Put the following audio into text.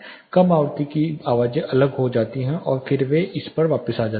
कम आवृत्ति की आवाज़ें अलग हो जाती हैं और फिर वे इस पर वापस आ जाती हैं